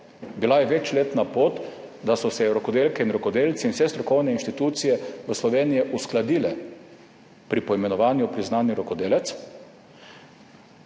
bila je večletna pot, da so se rokodelke in rokodelci in vse strokovne institucije v Sloveniji uskladile pri poimenovanju priznani rokodelec,